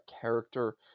character